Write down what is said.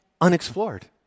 unexplored